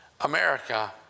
America